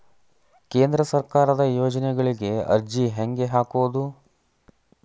ಕೇಂದ್ರ ಸರ್ಕಾರದ ಯೋಜನೆಗಳಿಗೆ ಅರ್ಜಿ ಹೆಂಗೆ ಹಾಕೋದು?